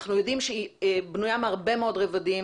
אנחנו יודעים שהיא בנויה מהרבה מאוד רבדים.